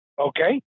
okay